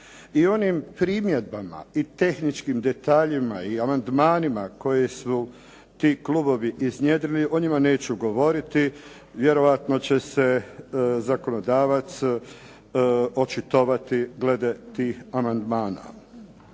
u onim primjedbama i tehničkim detaljima i amandmanima koje su ti klubovi iznjedrili, o njima neću govoriti, vjerojatno će se zakonodavac očitovati glede tih amandmana.